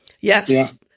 Yes